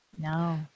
no